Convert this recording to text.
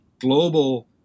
global